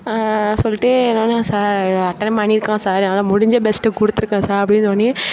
சொல்லிட்டு எதுனால் sir attend பண்ணியிருக்கோம் சார் என்னால் முடிஞ்ச பெஸ்ட்டை கொடுத்துருக்கோம் சார் அப்படின்னவொன்னே